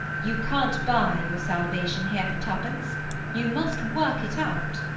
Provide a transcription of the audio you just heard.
you can't buy your salvation here for twopence you must work it out.